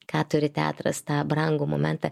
ką turi teatras tą brangų momentą